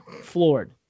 floored